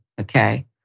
okay